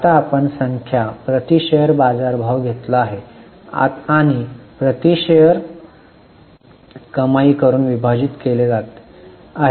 आता आपण संख्या प्रति शेअर बाजारभाव घेतला आहे आणि प्रति शेअर कमाई करून विभाजित केले आहे